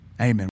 Amen